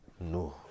No